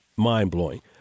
mind-blowing